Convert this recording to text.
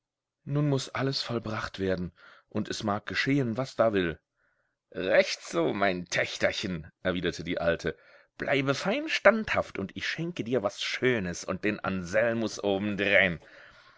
nun muß alles vollbracht werden und es mag geschehen was da will recht so mein töchterchen erwiderte die alte bleibe fein standhaft und ich schenke dir was schönes und den anselmus obendrein